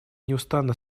неустанно